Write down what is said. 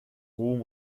rom